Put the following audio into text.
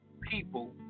people